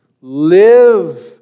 Live